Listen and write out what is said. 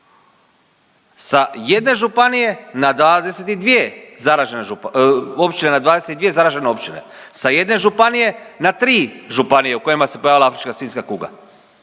zaražene županije, općine, na 22 zaražene općine, sa jedne županije na tri županija u kojima se pojavila afrička svinjska kuga.